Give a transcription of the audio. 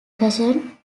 fashioned